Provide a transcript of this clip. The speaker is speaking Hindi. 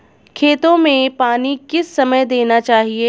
खेतों में पानी किस समय देना चाहिए?